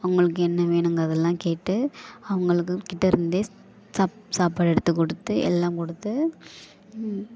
அவங்களுக்கு என்ன வேணுங்கிறதல்லாம் கேட்டு அவங்களுக்கு கிட்டருந்து சாப்பாடு எடுத்து கொடுத்து எல்லாம் கொடுத்து